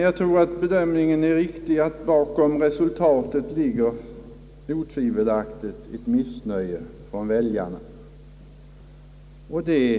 Jag tror emellertid att den bedömningen är riktig, att ett missnöje hos väljarna ligger bakom resultatet.